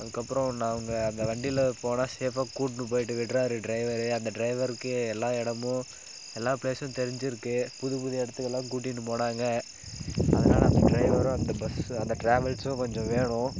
அதுக்கப்புறோம் நான் அவங்க அந்த வண்டியில போனா சேஃபாக கூட்டினு போயிவிட்டு விட்றார் டிரைவரு அந்த டிரைவருக்கு எல்லா இடமும் எல்லா பிளேஸும் தெரிஞ்சியிருக்கு புதுப்புது இடத்துக்கெல்லாம் கூட்டிகிட்டும் போனாங்க அதனால் அந்த டிரைவரும் அந்த பஸ்ஸு அந்த டிராவல்ஸும் கொஞ்சம் வேணும்